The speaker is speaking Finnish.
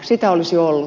sitä olisi ollut